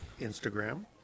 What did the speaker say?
Instagram